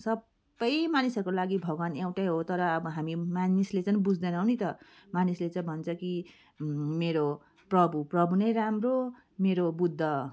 सबै मानिसहरूको लागि भगवान् एउटै हो तर अब हामी मानिसले चाहिँ बुझ्दैनौँ नि त मानिसले चाहिँ भन्छ कि मेरो प्रभु प्रभु नै राम्रो मेरो बुद्ध